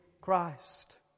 Christ